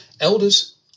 Elders